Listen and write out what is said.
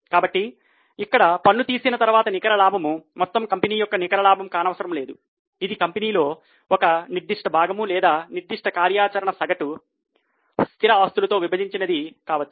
కాబట్టి ఇక్కడ పన్ను తీసివేసిన తర్వాత నికర లాభం మొత్తం కంపెనీ యొక్క నికర లాభం కానవసరం లేదు ఇది కంపెనీలో ఒక నిర్దిష్ట భాగము లేదా నిర్దిష్ట కార్యాచరణ సగటు స్థిర ఆస్తులతో విభజించబడినది కావచ్చు